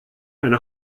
ein